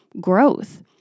growth